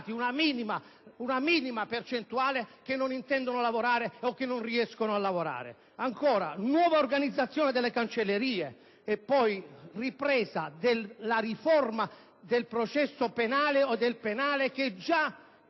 (una minima percentuale) che non intendono lavorare o che non riescono a lavorare. Ancora: nuova organizzazione delle cancellerie e ripresa della riforma del processo penale, o del penale, che è già in atto